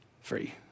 free